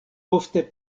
ofte